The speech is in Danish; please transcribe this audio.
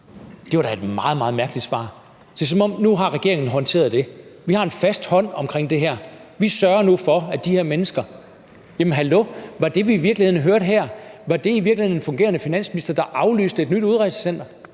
Det var da et meget, meget mærkeligt svar. Det er, som om regeringen nu har håndteret det og siger: Vi har en fast hånd omkring det her; vi sørger nu for det i forhold til de her mennesker. Jamen hallo! Var det, vi hørte her, i virkeligheden en fungerende finansminister, der aflyste et nyt udrejsecenter,